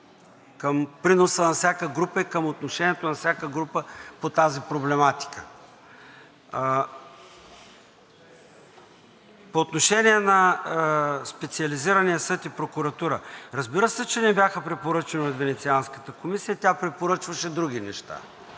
към приноса на всяка група и към отношението на всяка група по тази проблематика. По отношение на Специализирания съд и прокуратура. Разбира се, че не бяха препоръчвани от Венецианската комисия. Тя препоръчваше други неща,